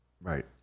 Right